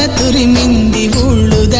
ah during the